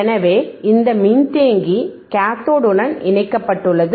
எனவே இந்த மின்தேக்கி கேத்தோடுடன் இணைக்கப்பட்டுள்ளது